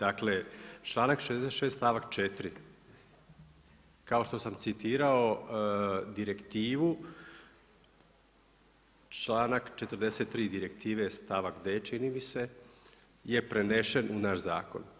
Dakle, članak 66. stavak 4., kao što sam citirao, direktivu, članak 43. direktive stavak d, čini mi se je prenesen u naš zakon.